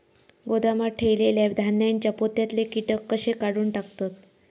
गोदामात ठेयलेल्या धान्यांच्या पोत्यातले कीटक कशे काढून टाकतत?